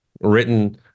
written